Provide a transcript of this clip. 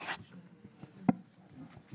אזולאי ינון,